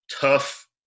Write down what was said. tough